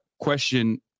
question